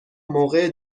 موقع